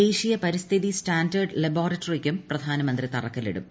ദേശീയ പരിസ്ഥിതി സ്റ്റാൻഡേർഡ് ലബോറട്ടറിക്കും പ്രധാനമന്ത്രി തറക്കല്ലിടും